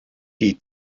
die